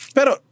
Pero